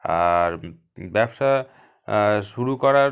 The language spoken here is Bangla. আর ব্যবসা শুরু করার